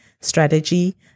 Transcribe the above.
strategy